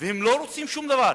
והם לא רוצים שום דבר.